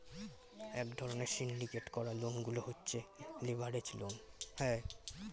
এক ধরণের সিন্ডিকেট করা লোন গুলো হচ্ছে লেভারেজ লোন